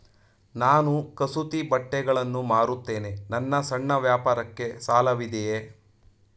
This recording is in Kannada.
ನಾನು ಕಸೂತಿ ಬಟ್ಟೆಗಳನ್ನು ಮಾರುತ್ತೇನೆ ನನ್ನ ಸಣ್ಣ ವ್ಯಾಪಾರಕ್ಕೆ ಸಾಲವಿದೆಯೇ?